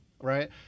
right